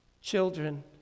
Children